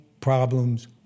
problems